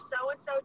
so-and-so